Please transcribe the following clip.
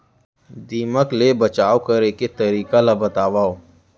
दीमक ले बचाव करे के तरीका ला बतावव?